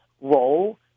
role